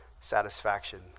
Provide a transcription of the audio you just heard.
satisfaction